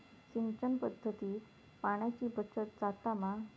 सिंचन पध्दतीत पाणयाची बचत जाता मा?